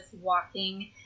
walking